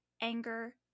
anger